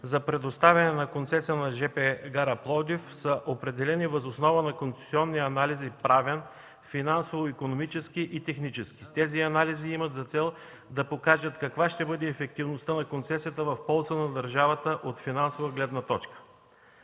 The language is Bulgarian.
за предоставяне на концесия на жп гара Пловдив са определени въз основа на концесионния анализ – правен, финансово икономически и технически. Тези анализи имат за цел да покажат каква ще бъде ефективността на концесията в полза на държавата от финансова гледна точка.